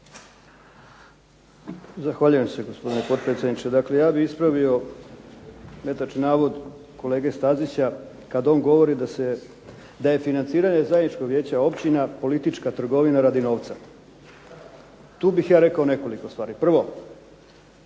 Zahvaljujem se gospodine potpredsjedniče. Ja bih ispravio netočan navod gospodina STazića kada on govori da je financiranje zajedničkog vijeća općina politička trgovina radi novca. Tu bih ja rekao nekoliko stvari. Prvo,